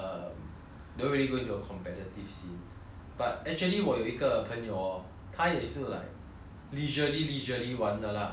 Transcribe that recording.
but actually 我有一个朋友 hor 他也是 like leisurely leisurely 玩玩的 lah 偶尔偶尔玩玩 then err